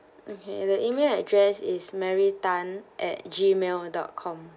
okay the email address is mary tan at gmail dot com